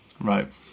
Right